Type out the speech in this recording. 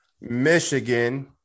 Michigan